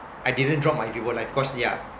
I didn't drop my vivo life cause yeah